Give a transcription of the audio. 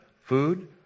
food